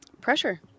pressure